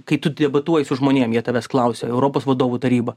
kai tu debatuoji su žmonėm jie tavęs klausia europos vadovų taryba